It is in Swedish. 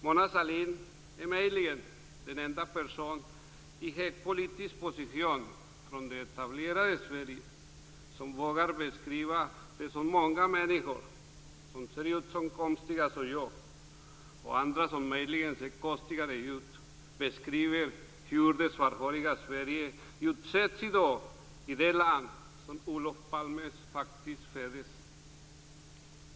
Mona Sahlin är möjligen den enda person i hög politisk position från det etablerade Sverige som vågar beskriva det som många människor som ser lika konstiga ut som jag gör eller möjligen ännu konstigare tillhörande det svarthåriga Sverige utsätts för i det land som Olof Palme föddes i.